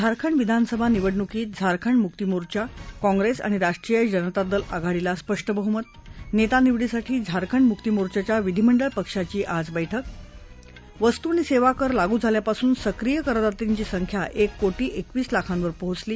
झारखंड विधानसभा निवडणुकीत झारखंड मुक्ती मोर्चा काँग्रेस आणि राष्ट्रीय जनता दल आघाडीला स्पष्ट बहुमत नेतानिवडीसाठी झारखंड मुक्ती मोर्च्याच्या विधिमंडळ पक्षाची आज बेठक वस्तू आणि सेवाकर लागू झाल्यापासून सक्रीय करदात्यांची संख्या एक कोटी एकवीस लाखांवर पोचली